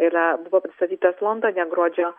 yra buvo pristatytas londone gruodžio